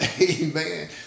amen